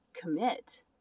commit